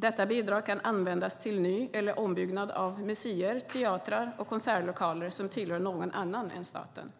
Detta bidrag kan användas till ny eller ombyggnad av museer, teatrar och konsertlokaler som tillhör någon annan än staten.